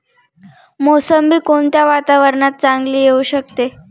मोसंबी कोणत्या वातावरणात चांगली येऊ शकते?